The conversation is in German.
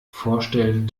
vorstellen